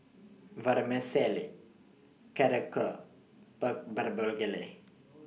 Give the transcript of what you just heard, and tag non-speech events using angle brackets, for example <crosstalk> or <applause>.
Vermicelli Korokke Pork <unintelligible>